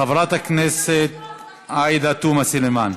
חברת הכנסת עאידה תומא סלימאן.